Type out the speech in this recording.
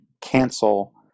cancel